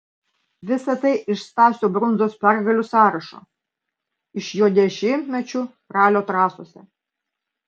visa tai iš stasio brundzos pergalių sąrašo iš jo dešimtmečių ralio trasose